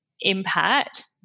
impact